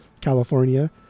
California